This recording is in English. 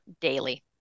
daily